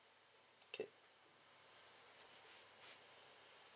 okay